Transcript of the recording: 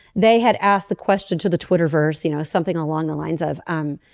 they had asked the question to the twitter verse. you know something along the lines of. um